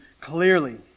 clearly